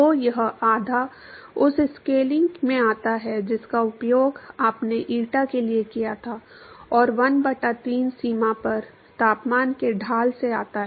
तो यह आधा उस स्केलिंग से आता है जिसका उपयोग आपने ईटा के लिए किया था और 1 बटा 3 सीमा पर तापमान के ढाल से आता है